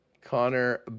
Connor